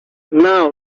now